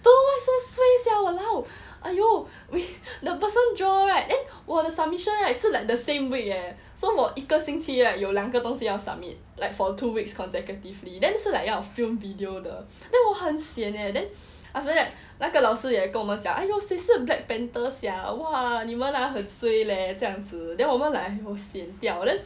so so suay sia !walao! !aiyo! the person draw right then 我的 submission 是 like the same week eh so 我一个星期 right 有两个东西要 submit like for two weeks consecutively then 是 like 要 film video 的 then 我很 sian leh after that 那个老师也跟我们讲哎哟谁是 black panther sia !wah! 你们啊很 suay leh 这样子 then 我们 like 都 sian 掉